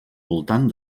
voltant